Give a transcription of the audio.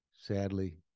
Sadly